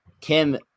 Kim